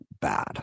bad